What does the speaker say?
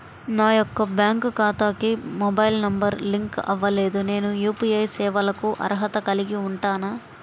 నా యొక్క బ్యాంక్ ఖాతాకి మొబైల్ నంబర్ లింక్ అవ్వలేదు నేను యూ.పీ.ఐ సేవలకు అర్హత కలిగి ఉంటానా?